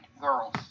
girls